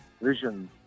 vision